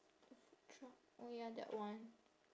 food truck oh ya that one